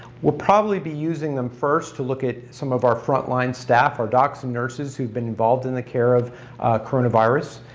we'll probably be using them first to look at some of our frontline staff, our docs and nurses who've been involved in the care of coronavirus.